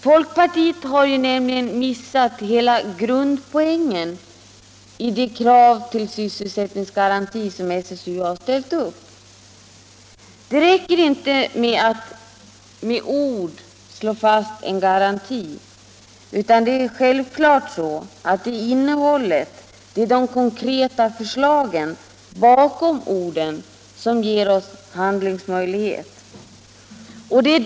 Folkpartiet har missat hela grundpoängen i det krav på sysselsättningsgaranti som SSU ställt upp. Det räcker inte att med ord slå fast en garanti. Det är självklart innehållet, det är de konkreta förslagen bakom orden som ger oss handlingsmöjlighet.